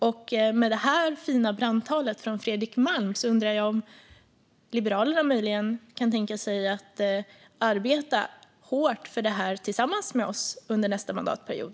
Efter det fina brandtalet från Fredrik Malm undrar jag om Liberalerna möjligen kan tänka sig att arbeta hårt för det här tillsammans med oss under nästa mandatperiod.